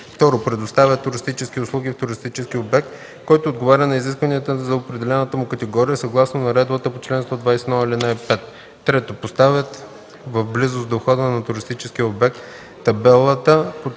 2. предоставят туристически услуги в туристически обект, който отговаря на изискванията за определената му категория, съгласно наредбата по чл. 121, ал. 5; 3. поставят в близост до входа на туристическия обект табелата